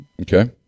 Okay